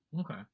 Okay